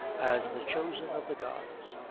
as the chosen of the gods.